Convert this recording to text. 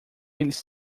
eles